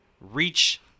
reach